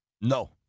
No